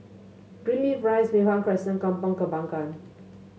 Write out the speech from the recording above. Greenleaf Rise Mei Hwan Crescent Kampong Kembangan